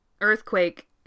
Earthquake